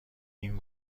این